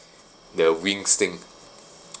the wings thing